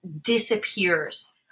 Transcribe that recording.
disappears